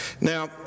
Now